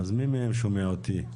מי מהם שומע אותי?